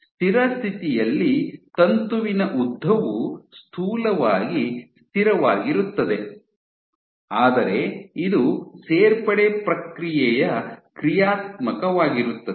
ಸ್ಥಿರ ಸ್ಥಿತಿಯಲ್ಲಿ ತಂತುವಿನ ಉದ್ದವು ಸ್ಥೂಲವಾಗಿ ಸ್ಥಿರವಾಗಿರುತ್ತದೆ ಆದರೆ ಇದು ಸೇರ್ಪಡೆ ಪ್ರಕ್ರಿಯೆಯ ಕ್ರಿಯಾತ್ಮಕವಾಗಿರುತ್ತದೆ